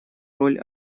роль